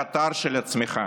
הקטר של הצמיחה.